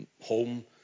home